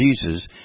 Jesus